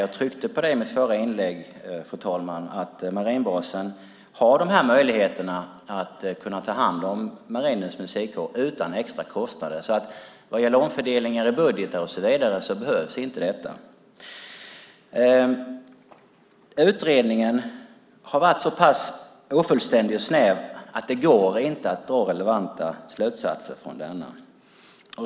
Jag tryckte på det i mitt förra inlägg, fru talman, att marinbasen har de här möjligheterna att kunna ta hand om Marinens musikkår utan extra kostnader. Det behövs ingen omfördelning i budgetar och så vidare. Utredningen har varit så pass ofullständig och snäv att det inte går att dra relevanta slutsatser från den.